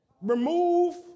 Remove